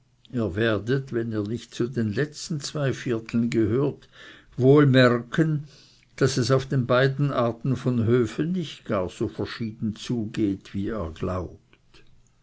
ihr werdet wenn ihr nicht zu den zwei letzten vierteln gehört wohl merken daß es auf den beiden arten von höfen nicht gar so verschieden zugeht wie ihr glaubt